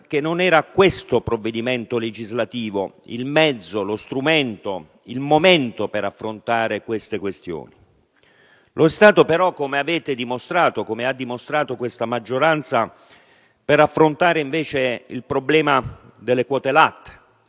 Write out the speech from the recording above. che non era questo provvedimento lo strumento, né era questo il momento per affrontare tali questioni. Lo è stato però, come avete dimostrato, come ha dimostrato questa maggioranza, per affrontare invece il problema delle quote-latte,